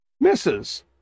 Misses